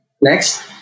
Next